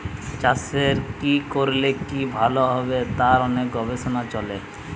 চাষের কি করলে কি ভালো হবে তার অনেক গবেষণা চলে